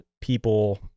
people